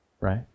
Right